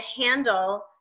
handle